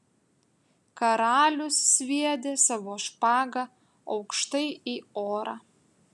karalius sviedė savo špagą aukštai į orą